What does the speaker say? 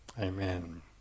amen